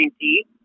tea